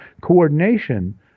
coordination